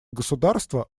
государства